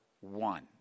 one